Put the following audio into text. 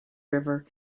river